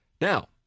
Now